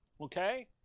Okay